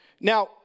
Now